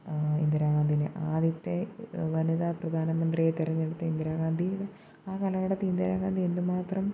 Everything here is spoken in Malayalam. ഇന്ദിരാഗാന്ധിനെ ആദ്യത്തെ വനിതാ പ്രധാനമന്ത്രിയായി തെരെഞ്ഞെടുത്ത ഇന്ദിരാഗാന്ധി ആ കാലഘട്ടത്തിൽ ഇന്ദരഗാന്ധി എന്തുമാത്രം